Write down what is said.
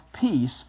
peace